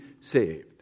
saved